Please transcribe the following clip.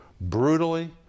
brutally